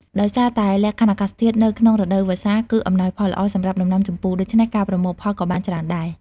ដោយសារតែលក្ខខណ្ឌអាកាសធាតុនៅក្នុងរដូវវស្សាគឺអំណោយផលល្អសម្រាប់ដំណាំជម្ពូ ដូច្នេះការប្រមូលផលក៏បានច្រើនដែរ។